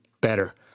better